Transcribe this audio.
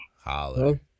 holler